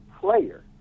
player